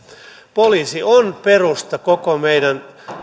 poliisi on perusta koko meidän